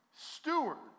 stewards